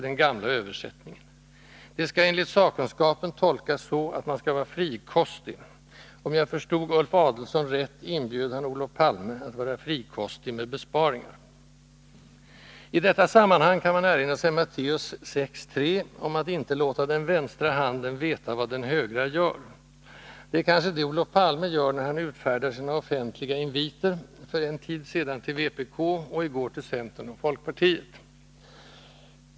Det skall enligt sakkunskapen tolkas så att man skall vara frikostig — om jag förstod Ulf Adelsohn rätt inbjöd han Olof Palme att vara frikostig med besparingar. I detta sammanhang kan man erinra sig Matteus 6:3 om att inte låta den vänstra handen veta vad den högra gör. Det är kanske det Olof Palme gör, när han utfärdar sina offentliga inviter, för en tid sedan till vpk och i går till centern och folkpartiet.